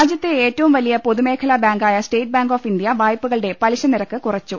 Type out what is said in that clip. രാജ്യത്തെ ഏറ്റവും വലിയ പൊതുമേഖലാ ബാങ്കായ സ്റ്റേറ്റ് ബാങ്ക് ഓഫ് ഇന്ത്യ വായ്പകളുടെ പലിശ നിരക്ക് കുറച്ചു